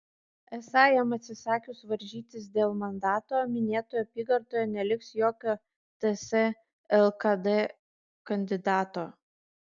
esą jam atsisakius varžytis dėl mandato minėtoje apygardoje neliks jokio ts lkd kandidato